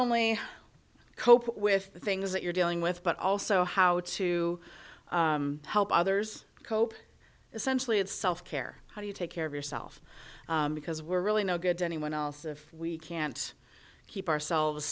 only cope with the things that you're dealing with but also how to help others cope essentially it's self care how do you take care of yourself because we're really no good to anyone else if we can't keep ourselves